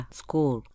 school